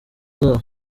zabo